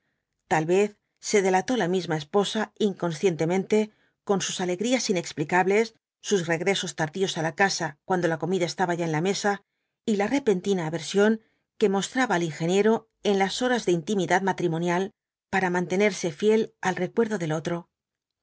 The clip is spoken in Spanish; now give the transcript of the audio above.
tal vez se delató la misma esposa inconscientemente con sus alegrías inexplicables sus regresos tardíos á la casa cuando la comida estaba ya en la mesa y la repentina aversión que mostraba al ingeniero en las horas de intimidad matrimonial para mantenerse fiel al recuerdo del otro